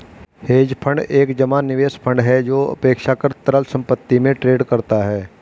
hedge fund एक जमा निवेश फंड है जो अपेक्षाकृत तरल संपत्ति में ट्रेड करता है